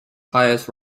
highest